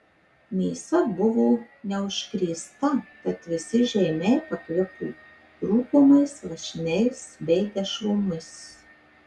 mėsa buvo neužkrėsta tad visi žeimiai pakvipo rūkomais lašiniais bei dešromis